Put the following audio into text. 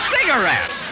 cigarettes